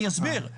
אני אסביר,